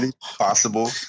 possible